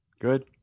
Good